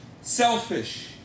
selfish